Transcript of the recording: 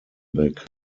back